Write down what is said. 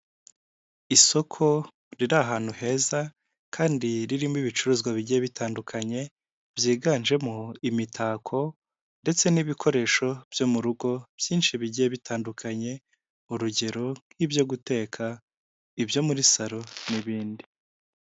Isoko riri ahantu heza kandi ririmo ibicuruzwa bigiye bitandukanye byiganjemo imitako ndetse n'ibikoresho byo muru rugo byinshi bigiye bitandukanye urugero nk'ibyo guteka, ibyo muri salo n'ibindi.